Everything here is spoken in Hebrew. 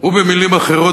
במלים אחרות,